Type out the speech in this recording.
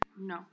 no